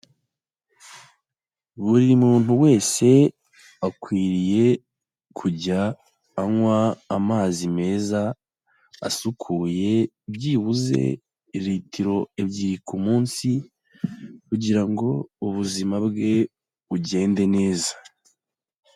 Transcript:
Buri muntu wese akwiriye kujya anywa amazi meza asukuye, byibuze litiro ebyiri ku munsi kugira ngo ubuzima bwe bugende neza.